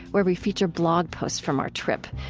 where we feature blog posts from our trip.